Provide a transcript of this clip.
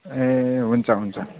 ए हुन्छ हुन्छ